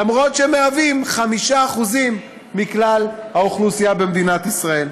למרות העובדה שהם 5% מכלל האוכלוסייה במדינת ישראל.